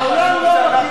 העולם לא מכיר בזה.